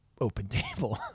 OpenTable